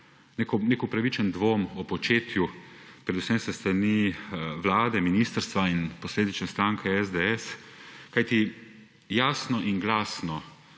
nek upravičen dvom o početju predvsem Vlade, ministrstva in posledično stranke SDS. Kajti jasno in glasno